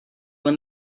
when